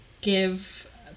give